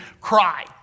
cry